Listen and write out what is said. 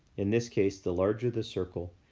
in this case, the larger the circle,